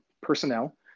personnel